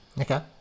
Okay